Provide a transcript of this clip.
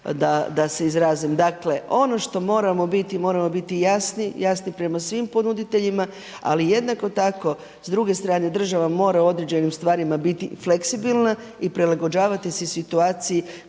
da se izrazim. Dakle, ono što moramo biti moramo biti jasni, jasni prema svim ponuditeljima ali jednako tako s druge strane država mora u određenim stvarima biti fleksibilna i prilagođavati se situaciji